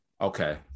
Okay